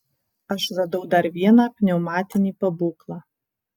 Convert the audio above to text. aš radau dar vieną pneumatinį pabūklą